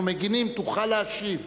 אנחנו מגינים, תוכל להשיב.